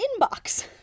inbox